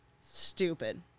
stupid